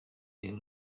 real